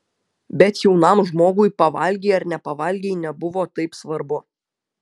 bet jaunam žmogui pavalgei ar nepavalgei nebuvo taip svarbu